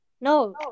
No